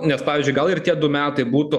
nes pavyzdžiui gal ir tie du metai būtų